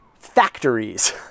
factories